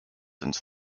into